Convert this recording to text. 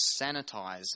sanitize